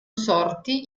sorti